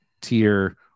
Tier